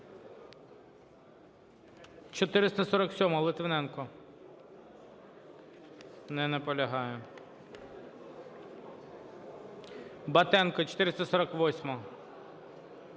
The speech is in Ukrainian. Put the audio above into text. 447-а, Литвиненко. Не наполягає. Батенко, 448-а.